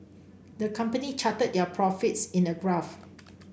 the company charted their profits in a graph